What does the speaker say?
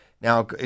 now